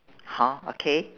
hor okay